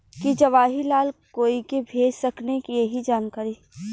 की जवाहिर लाल कोई के भेज सकने यही की जानकारी चाहते बा?